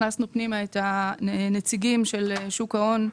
הכנסנו פנימה את הנציגים של שוק ההון,